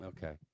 Okay